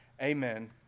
Amen